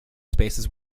spaces